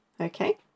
Okay